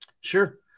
Sure